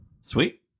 Sweet